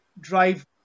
drive